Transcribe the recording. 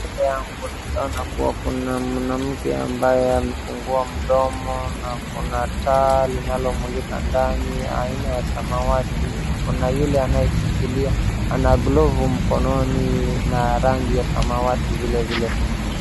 Mbele yangu naeza ona kuwa kuna mwanamke ambaye amefungua mdomo na kuna taa linalomulika ndani ya aina ya samawati. Kuna yule anayeshikilia, ana glovu mkononi na rangi ya samawati vilevile.